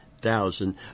thousand